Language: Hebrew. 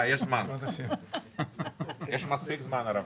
(הישיבה נפסקה בשעה 14:40 ונתחדשה בשעה 14:45.)